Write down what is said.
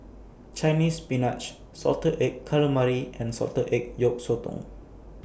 Chinese Spinach Salted Egg Calamari and Salted Egg Yolk Sotong